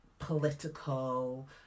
political